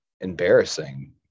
embarrassing